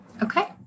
Okay